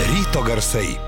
ryto garsai